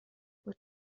بودی